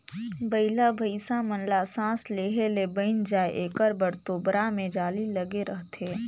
बइला भइसा मन ल सास लेहे ले बइन जाय एकर बर तोबरा मे जाली लगे रहथे